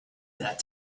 that